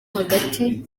hagati